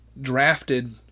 drafted